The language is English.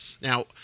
Now